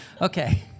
Okay